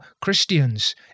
Christians